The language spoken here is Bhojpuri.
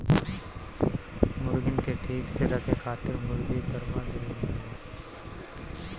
मुर्गीन के ठीक से रखे खातिर मुर्गी दरबा जरूरी हअ